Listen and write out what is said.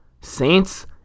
Saints